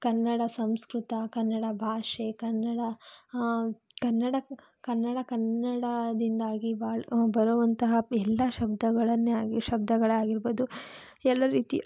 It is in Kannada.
ಕನ್ನಡ ಸಂಸ್ಕೃತ ಕನ್ನಡ ಭಾಷೆ ಕನ್ನಡ ಕನ್ನಡ ಕನ್ನಡ ಕನ್ನಡದಿಂದಾಗಿ ಬಾಳು ಬರುವಂತಹ ಎಲ್ಲ ಶಬ್ದಗಳನ್ನೇ ಆಗಿರು ಶಬ್ದಗಳಾಗಿರ್ಬೋದು ಎಲ್ಲ ರೀತಿ